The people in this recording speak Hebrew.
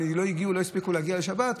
הם לא הספיקו להגיע לשבת,